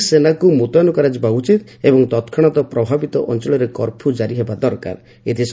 ତେଣୁ ଏଥିଲାଗି ସେନାକୁ ମୁତୟନ କରାଯିବା ଉଚିତ୍ ଏବଂ ତତ୍କ୍ଷଣାତ୍ ପ୍ରଭାବିତ ଅଞ୍ଚଳରେ କର୍ଫ୍ୟୁ ଜାରି ହେବା ଦରକାର